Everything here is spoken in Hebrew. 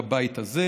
בבית הזה,